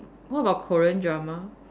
what about Korean drama